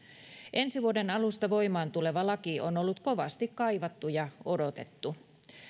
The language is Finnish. ensi vuoden alusta voimaan tuleva laki on ollut kovasti kaivattu ja odotettu